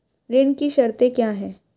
ऋण की शर्तें क्या हैं?